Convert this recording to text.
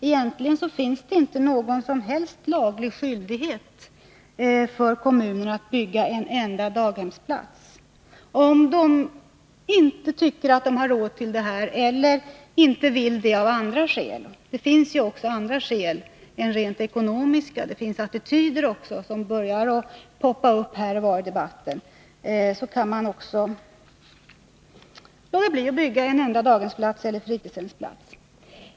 Egentligen finns det inte någon som helst laglig skyldighet för kommunerna att bygga daghemsplatser — det talas det inte så ofta om. Om kommunerna inte tycker sig ha råd till det eller är emot det av andra skäl — det finns ju också andra än rent ekonomiska skäl emot en daghemsutbyggnad; jag tänker på en del av de attityder som börjar ”poppa upp” här och där i debatten — kan de låta bli att bygga en enda daghemseller fritidshemsplats.